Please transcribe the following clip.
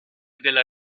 della